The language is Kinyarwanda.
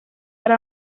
hari